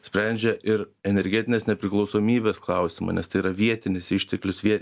sprendžia ir energetinės nepriklausomybės klausimą nes tai yra vietinis išteklius jie